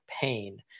pain